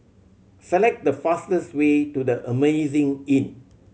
select the fastest way to The Amazing Inn